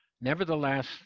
nevertheless